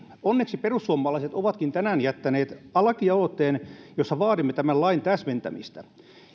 onneksi perussuomalaiset ovatkin tänään jättäneet lakialoitteen jossa vaadimme tämän lain täsmentämistä